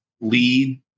lead